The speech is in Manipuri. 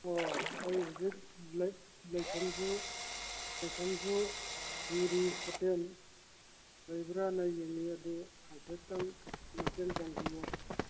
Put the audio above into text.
ꯑꯣ ꯑꯩ ꯍꯧꯖꯤꯛ ꯂꯩꯐꯝꯁꯨ ꯂꯩꯐꯝꯁꯨ ꯊꯤꯔꯤ ꯍꯣꯇꯦꯜ ꯂꯩꯕ꯭ꯔꯥꯅ ꯌꯦꯡꯂꯤ ꯑꯗꯨ ꯍꯥꯏꯐꯦꯠꯇꯪ ꯃꯇꯦꯡ ꯄꯥꯡꯕꯤꯎ